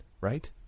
Right